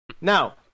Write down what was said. Now